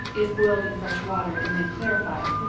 if boiled in fresh water, and then clarified,